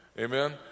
Amen